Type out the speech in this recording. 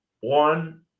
One